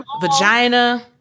vagina